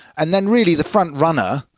and then really the front runner,